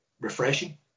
refreshing